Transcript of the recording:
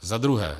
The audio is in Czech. Za druhé.